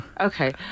Okay